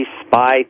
spy